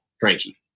Frankie